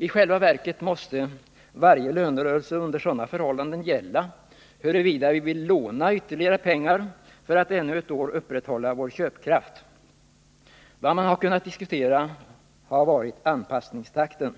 I själva verket måste varje lönerörelse under sådana förhållanden gälla huruvida vi vill låna ytterligare pengar för att ännu ett år upprätthålla vår köpkraft. Vad man har kunnat diskutera har varit anpassningstakten.